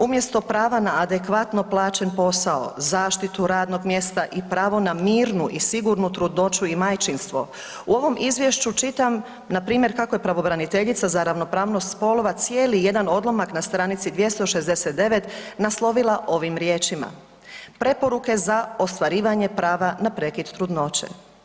Umjesto prava na adekvatno plaćen posao, zaštitu radnog mjesta i pravo na mirnu i sigurnu trudnoću i majčinstvo u ovom izvješću čitam npr. kako je pravobraniteljica za ravnopravnost spolova cijeli jedan odlomak na stranici 269 naslovila ovim riječima, preporuke za ostvarivanje prava na prekid trudnoće.